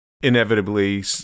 inevitably